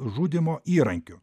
žudymo įrankiu